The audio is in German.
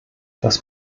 das